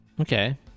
Okay